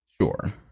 Sure